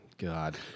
God